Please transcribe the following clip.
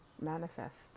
manifest